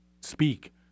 speak